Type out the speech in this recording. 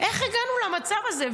איך הגענו למצב הזה?